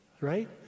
right